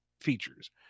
features